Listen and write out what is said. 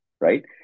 right